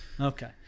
okay